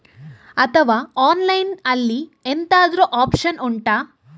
ಅಥವಾ ಆನ್ಲೈನ್ ಅಲ್ಲಿ ಎಂತಾದ್ರೂ ಒಪ್ಶನ್ ಉಂಟಾ